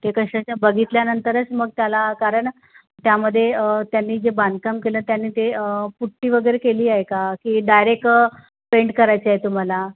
ते कसे बघितल्या नंतरच मग त्याला कारण त्यामध्ये त्यांनी जे बांधकाम केलं त्यांनी ते पुट्टी वगैरे केली आहे का की डायरेक पेंट करायची आहे तुम्हाला